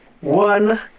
one